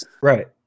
Right